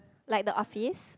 like the office